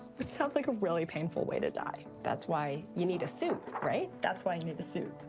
which sounds like a really painful way to die. that's why you need a suit, right? that's why you need a suit.